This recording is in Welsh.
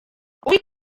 wyt